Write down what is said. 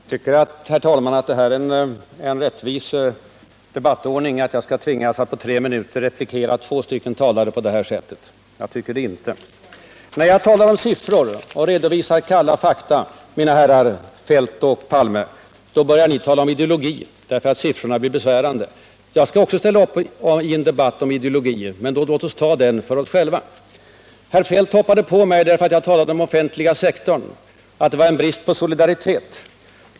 Herr talman! Tycker herr talmannen att det är en rättvis debattordning att jag skall tvingas att på tre minuter replikera två talare? Jag tycker det inte. När jag talar om siffror och redovisar kalla fakta, mina herrar Feldt och Palme, börjar ni tala om ideologier, därför att siffrorna blir besvärande. Jag kan också ställa upp i en debatt om ideologier, men låt oss ta den för sig själv. Herr Feldt hoppade på mig därför att jag talade om den offentliga sektorns expansion. Han menade att jag gav uttryck för en brist på solidaritet.